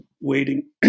waiting